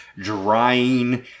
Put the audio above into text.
drying